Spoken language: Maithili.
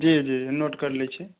जी जी नोट करि लेइत छी